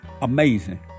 Amazing